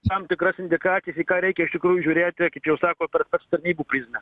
tam tikras indikacijas į ką reikia iš tikrųjų žiūrėti kaip jūs sakot per sprectarnybų prizmę